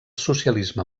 socialisme